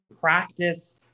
practice